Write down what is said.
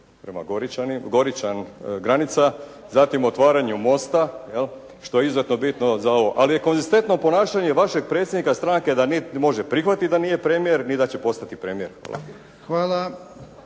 prema Goričanu, granica. Zatim otvaranju mosta što je izuzetno bitno za ovo. Ali je konzistentno ponašanje vašeg predsjednika stranke da niti može prihvatiti da nije premijer ni da će postati premijer.